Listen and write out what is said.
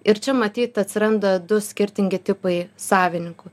ir čia matyt atsiranda du skirtingi tipai savininkų